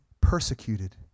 persecuted